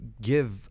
give